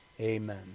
Amen